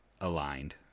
aligned